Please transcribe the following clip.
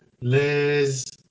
Liz